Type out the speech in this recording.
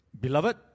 beloved